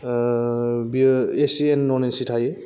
बियो AC and न'न AC थायो